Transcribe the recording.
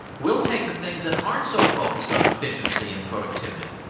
we'll take the things that aren't so focused on efficiency and productivity,